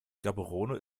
gaborone